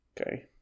Okay